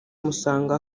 musanga